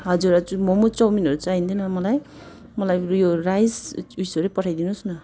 हजुर हजुर मम चाउमिनहरू चाहिँदैन मलाई मलाई उयो राइस उयोहरू पठाइदिनु होस् न